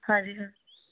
ਹਾਂਜੀ ਹਾਂਜੀ